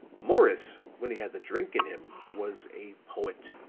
morris when he had the drink in him was a poet.